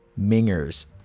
Mingers